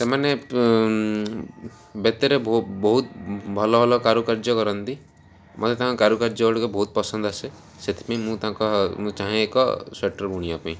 ସେମାନେ ବେତେରେ ବହୁତ ଭଲ ଭଲ କାରୁକାର୍ଯ୍ୟ କରନ୍ତି ମତେ ତାଙ୍କ କାରୁକାର୍ଯ୍ୟ ଗୁଡ଼ିକ ବହୁତ ପସନ୍ଦ ଆସେ ସେଥିପାଇଁ ମୁଁ ତାଙ୍କ ମୁଁ ଚାହେଁ ଏକ ସ୍ୱେଟର୍ ବୁଣିବା ପାଇଁ